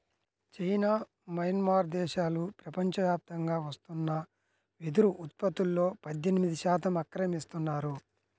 China, Myanmar దేశాలు ప్రపంచవ్యాప్తంగా వస్తున్న వెదురు ఉత్పత్తులో పద్దెనిమిది శాతం ఆక్రమిస్తున్నాయి